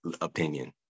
opinion